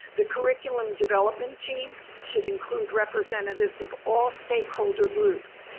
the curriculum development team should include representatives of all stakeholder groups,